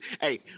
Hey